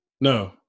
No